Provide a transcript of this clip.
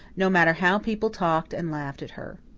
no matter how people talked and laughed at her.